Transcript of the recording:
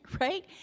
right